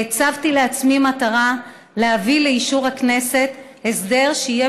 והצבתי לעצמי מטרה להביא לאישור הכנסת הסדר שיהיה